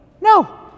no